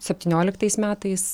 septynioliktais metais